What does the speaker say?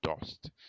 dust